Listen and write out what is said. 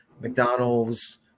McDonald's